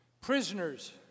Prisoners